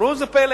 וראו זה פלא,